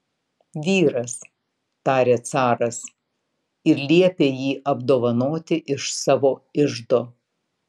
vyras tarė caras ir liepė jį apdovanoti iš savo iždo